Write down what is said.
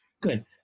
good